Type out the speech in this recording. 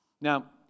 Now